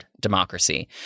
democracy